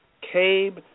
Cabe